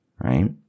right